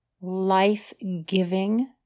life-giving